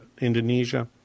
Indonesia